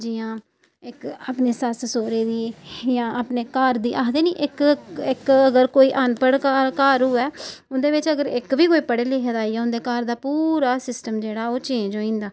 जि'यां इक अपने सस्स सोह्रै दी जां अपने घर दी आखदे निं इक इक अगर कोई अनपढ़ घर घर होऐ उं'दे बिच्च अगर इक बी कोई पढ़े लिखे दा आई जा उं'दे घर दा पूरा सिस्टम जेह्ड़ा ओह् चेंज होई जंदा